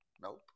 Nope